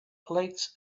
plates